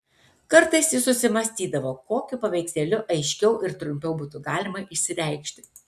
kartais jis susimąstydavo kokiu paveikslėliu aiškiau ir trumpiau būtų galima išsireikšti